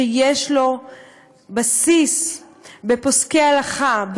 שיש לו בסיס אצל פוסקי הלכה,